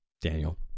Daniel